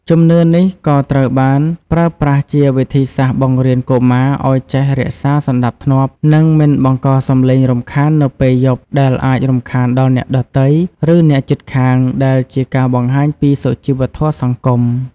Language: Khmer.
ជំនឿនេះក៏ត្រូវបានប្រើប្រាស់ជាវិធីសាស្ត្របង្រៀនកុមារឲ្យចេះ រក្សាសណ្ដាប់ធ្នាប់ និងមិនបង្កសំឡេងរំខាននៅពេលយប់ដែលអាចរំខានដល់អ្នកដទៃ ឬអ្នកជិតខាង ដែលជាការបង្ហាញពីសុជីវធម៌សង្គម។